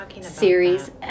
series